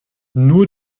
nur